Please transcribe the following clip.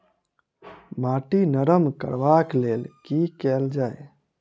माटि नरम करबाक लेल की केल जाय?